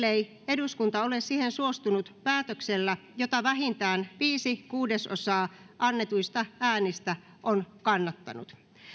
eduskunta ole siihen suostunut päätöksellä jota vähintään viisi kuudesosaa annetuista äänistä on kannattanut